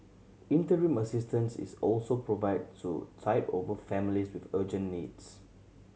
interim assistance is also provided to tide over families with urgent needs